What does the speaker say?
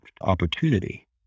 opportunity